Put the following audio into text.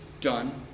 done